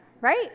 right